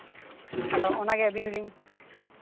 ᱟᱫᱚ ᱚᱱᱟᱜᱮ ᱟᱹᱵᱤᱱ ᱞᱤᱧ